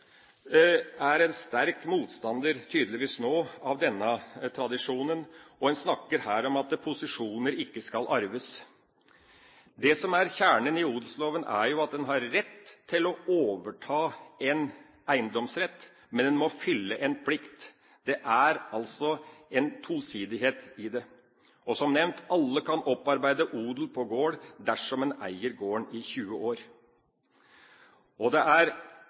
er en sterk motstander, tydeligvis nå, av denne tradisjonen, og en snakker her om at posisjoner ikke skal arves. Det som er kjernen i odelsloven, er jo at en har rett til å overta en eiendomsrett, men en må fylle en plikt. Det er altså en tosidighet i det. Og som nevnt, alle kan opparbeide odel på gård dersom en eier gården i 20 år. Det er